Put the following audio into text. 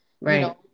Right